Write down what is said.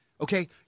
okay